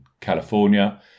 California